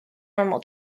normal